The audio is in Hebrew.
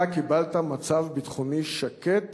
אתה קיבלת מצב ביטחוני שקט